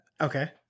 Okay